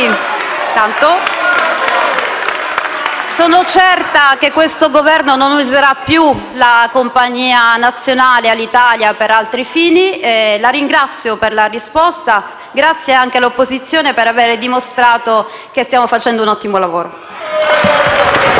Sono certa che questo Governo non userà più la compagnia nazionale Alitalia per altri fini. Signor Ministro, la ringrazio per la risposta e grazie anche all'opposizione per aver dimostrato che stiamo facendo un ottimo lavoro.